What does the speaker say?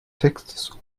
textes